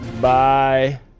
Bye